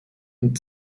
und